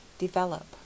develop